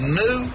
new